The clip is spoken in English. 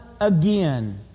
again